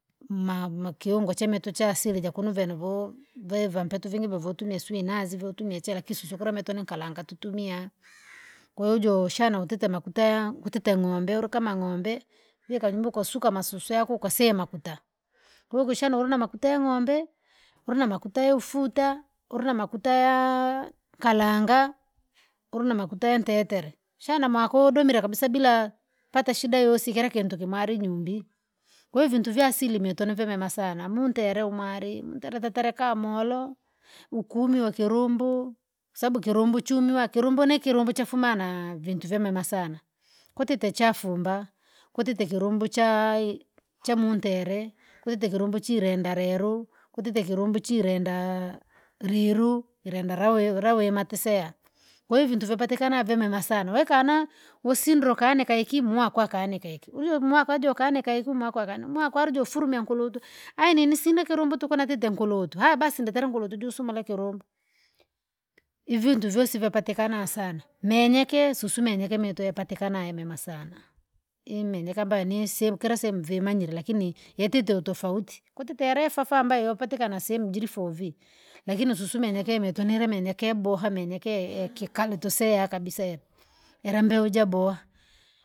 Ma ma kiungo chamitu chaasili chakunuvya nivoo, veva mpeto vingi vovotumia sui nazi voo tumia chira kisusu kula mitu ninkalanga tutmia, kwahiyo jooshana utite makuta ya- kutite ng'ombe ulikama ng'ombe, jikanyumbuka usuka masusu yaku ukasema makuta. Bhoukushana ulinamakuta yang'ombe? Urunamakuta ya ufuta, urinamakuta yaa- karanga! Urinamakuta ya ntetera, ushana mwako udumire kabisa bila, pata shida yoyosi kira kintu kimwari nyumbi, koo ivintu vya asiri mitu nivyamema sana muntere umware muntereka tereka moro, ukumi wa kirumbu. Sababu kirumbu chumiwake kirumbu chumiwake kirumbu ni kirumbu chafuma na- vintu vyamema sana. Kwatite chafumba, kwatite kilumbu chaai, chamuntere, kwatite ikirumbu chirenda reru, kwatite kilumbu chirendaa reru, irenda rawe rawe mateseya. Kwahiyo ivintu vyapatikana vyamema sana wekana, usindre ukaanika ikimwakwa akanika iki ujio umwaka jokaanika mwaka akana mwakwa alijo furumia nkurutu, ayi nini sina kirumbu tuku natite nkulutu basi ndetera nkurutu jusumura kilumbu. Ivintu vyosi vyapatikana sana, menyeke susu menyeke mito yapatikana yamema sana, imenyeke kaba nisehemu kila sehemu vimanyire lakini, yatite utofauti, kwatite yerefafa ambayo yapatikana sehemu jirifoo vii. Lakini susu nituremenye keboha menyeke yakikala utuseya kabisa era, ila mbeu jabowa.